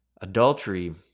Adultery